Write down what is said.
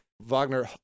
Wagner